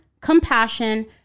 compassion